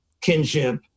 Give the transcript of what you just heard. kinship